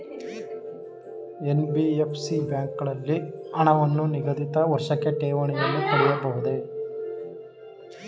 NBFC ಬ್ಯಾಂಕುಗಳಲ್ಲಿ ಹಣವನ್ನು ನಿಗದಿತ ವರ್ಷಕ್ಕೆ ಠೇವಣಿಯನ್ನು ಇಡಬಹುದೇ?